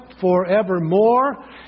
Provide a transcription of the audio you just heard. forevermore